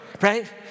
right